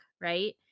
right